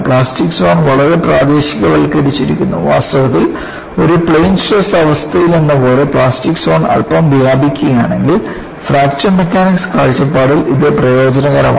plastic zone വളരെ പ്രാദേശികവൽക്കരിച്ചിരിക്കുന്നു വാസ്തവത്തിൽ ഒരു പ്ലെയിൻ സ്ട്രെസ് അവസ്ഥയിലെന്നപോലെ പ്ലാസ്റ്റിക് സോൺ അല്പം വ്യാപിക്കുകയാണെങ്കിൽ ഫ്രാക്ചർ മെക്കാനിക്സ് കാഴ്ചപ്പാടിൽ ഇത് പ്രയോജനകരമാണ്